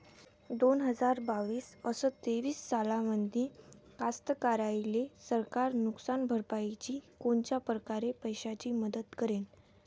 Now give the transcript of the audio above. दोन हजार बावीस अस तेवीस सालामंदी कास्तकाराइले सरकार नुकसान भरपाईची कोनच्या परकारे पैशाची मदत करेन?